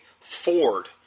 Ford